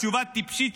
תשובה טיפשית,